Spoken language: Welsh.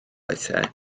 weithiau